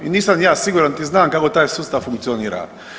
I nisam ni ja siguran niti znam kako taj sustav funkcionira.